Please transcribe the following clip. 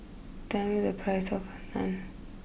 tell me the price of Naan